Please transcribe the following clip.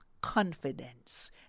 confidence